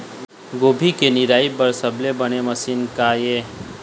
गोभी के निराई बर सबले बने मशीन का ये?